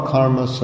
Karma